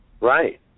Right